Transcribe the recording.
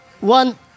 One